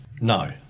No